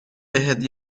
بهت